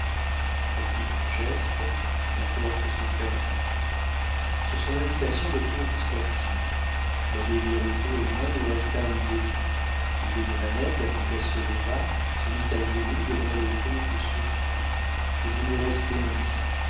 elle fit un geste la porte se ferma sur son invitation le comte s'assit l'abbé birotteau et moi nous restâmes debout aidée de manette la comtesse se leva se mit à genoux devant le comte surpris et voulut rester ainsi